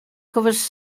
covers